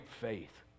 faith